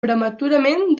prematurament